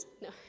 No